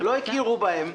ולא הכירו בהם.